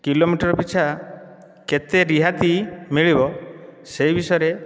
kilometre ପିଛା କେତେ ରିହାତି ମିଳିବ ସେହି ବିଷୟରେ